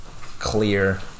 clear